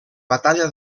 batalla